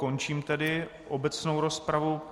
Končím tedy obecnou rozpravu.